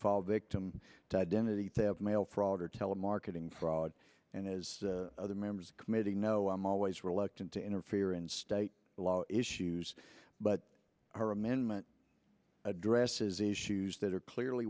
fall victim to identity theft mail fraud or telemarketing fraud and as other members of committee know i'm always reluctant to interfere in state law issues but our amendment addresses issues that are clearly